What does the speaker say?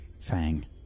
Fang